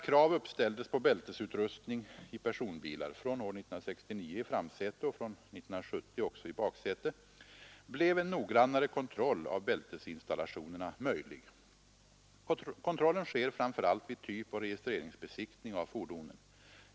år 1969 i framsäte och från år 1970 också i baksäte blev en noggrannare kontroll av bältesinstallationerna möjlig. Kontrollen sker framför allt vid typoch registreringsbesiktning av fordonen.